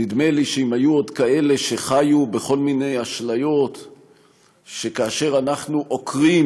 נדמה לי שאם היו עוד כאלה שחיו בכל מיני אשליות שכאשר אנחנו עוקרים